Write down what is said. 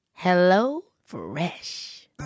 HelloFresh